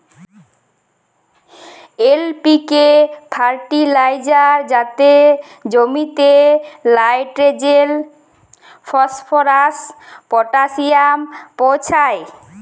LPK fertiliser যাতে জমিতে লাইট্রোজেল, ফসফরাস, পটাশিয়াম পৌঁছায়